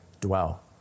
dwell